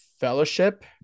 fellowship